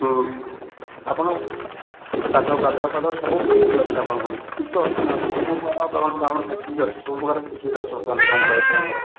ହଁ ଆପଣ ଗାଧୁଆ ପାଧୁଆ ଭଲ ସବୁ ଫ୍ରି ହେଇକି ଅଛି ଆପଣଙ୍କର କିଛି ଅସୁବିଧା ନାହିଁ ଆପଣଙ୍କର ସବୁ ପ୍ରକାର ଫାସିଲିଟି ଅଛି ବର୍ତ୍ତମାନ ଆମର ଏବେ ଆମର